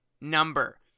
number